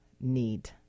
need